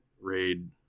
RAID